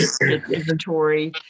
inventory